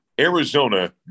Arizona